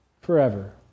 forever